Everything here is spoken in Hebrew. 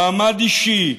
מעמד אישי,